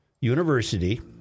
University